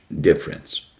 difference